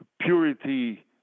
purity